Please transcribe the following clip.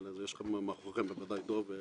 לגופו של עניין,